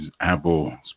Apple